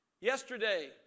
Yesterday